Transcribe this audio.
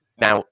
Now